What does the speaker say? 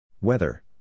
Weather